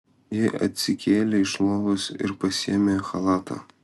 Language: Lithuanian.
ji atsikėlė iš lovos ir pasiėmė chalatą